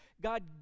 God